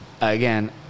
again